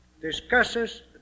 discusses